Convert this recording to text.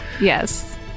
Yes